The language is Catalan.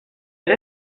per